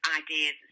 ideas